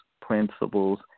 principles